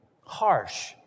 harsh